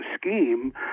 scheme